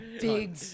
big